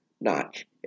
Notch